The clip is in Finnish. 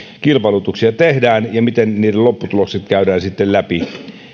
kilpailutuksia tehdään ja miten niiden lopputulokset käydään sitten läpi